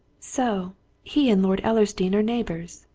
so he and lord ellersdeane are neighbours!